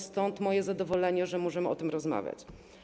Stąd moje zadowolenie, że możemy o tym rozmawiać.